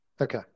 Okay